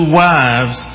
wives